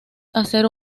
hacer